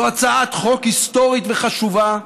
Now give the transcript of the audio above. זו הצעת חוק היסטורית וחשובה,